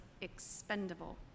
expendable